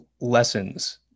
lessons